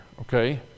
okay